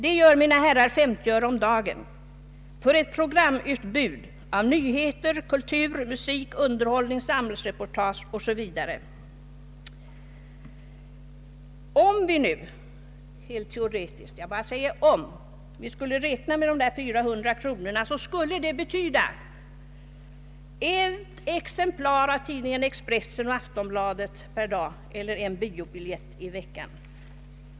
Det gör, mina herrar, 50 öre om dagen för ett programutbud av nyheter, kultur, musik, underhållning, reportage o.s.v. Om vi nu helt teoretiskt skulle räkna med dessa 400 kronor, skulle det betyda ett exemplar av tidningarna Expressen och Aftonbladet per dag eller en biobiljett i veckan.